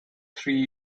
three